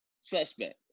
Suspect